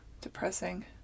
Depressing